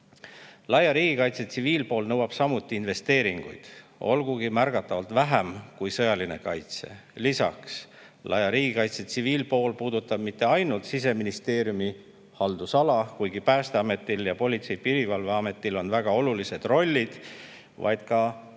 Laia riigikaitse tsiviilpool nõuab samuti investeeringuid, olgugi et märgatavalt vähem kui sõjaline kaitse. Lisaks, laia riigikaitse tsiviilpool ei puuduta ainult Siseministeeriumi haldusala, kuigi Päästeametil ning Politsei- ja Piirivalveametil on väga olulised rollid, vaid ka